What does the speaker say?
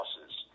losses